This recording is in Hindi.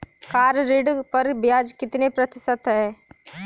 कार ऋण पर ब्याज कितने प्रतिशत है?